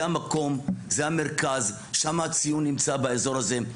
זה המקום, זה המרכז, שם הציון נמצא באזור הזה.